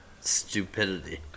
stupidity